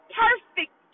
perfect